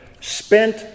spent